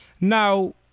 Now